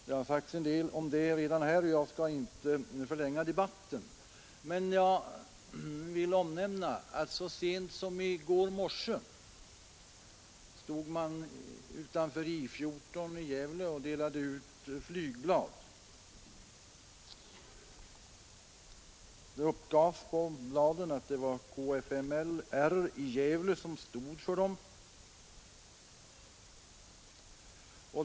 Det har sagts en del om det redan, och jag skall inte förlänga debatten, men jag vill omnämna att så sent som i går morse stod man utanför I 14 i Gävle och delade ut flygblad. Det uppgavs på bladen att det var KFML i Gävle som stod för dem.